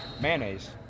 mayonnaise